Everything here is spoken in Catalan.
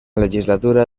legislatura